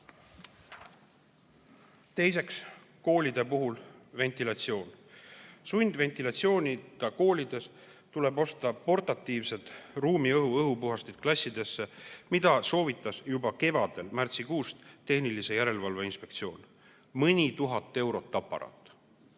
Teine asi koolide puhul on ventilatsioon. Sundventilatsioonita koolides tuleb osta portatiivsed ruumiõhu puhastid klassidesse, mida soovitas juba kevadel märtsikuus tehnilise järelevalve inspektsioon. Mõni tuhat eurot aparaat.